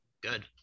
Good